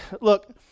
look